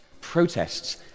Protests